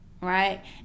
right